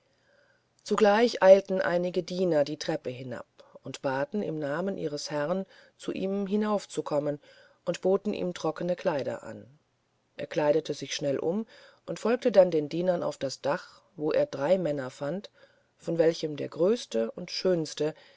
zugleich eilten einige diener die treppe hinab und baten im namen ihres herrn zu ihm hinaufzukommen und boten ihm trockene kleider an er kleidete sich schnell um und folgte dann den dienern auf das dach wo er drei männer fand von welchen der größte und schönste